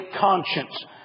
conscience